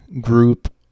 group